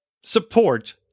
support